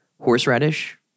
horseradish